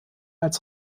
als